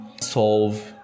solve